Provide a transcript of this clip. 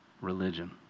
religion